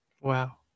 Wow